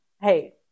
Hey